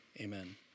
amen